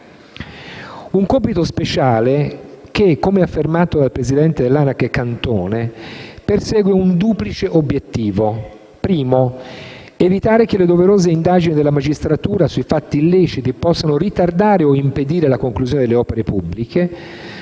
un compito speciale che - come affermato dal presidente dell'ANAC Cantone - persegue un duplice obiettivo: prima di tutto evitare che le doverose indagini della magistratura sui fatti illeciti possano ritardare o impedire la conclusione delle opere pubbliche